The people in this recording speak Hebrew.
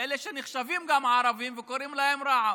אלה שנחשבים ערבים וקוראים להם רע"מ.